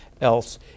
else